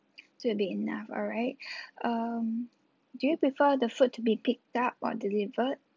two would be enough alright um do you prefer the food to be picked up or delivered